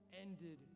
ended